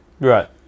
Right